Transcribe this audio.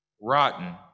rotten